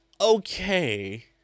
okay